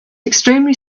extremely